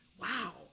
Wow